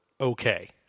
okay